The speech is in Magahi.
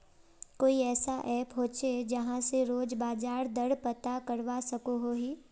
कोई ऐसा ऐप होचे जहा से रोज बाजार दर पता करवा सकोहो ही?